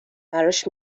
براش